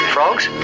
Frogs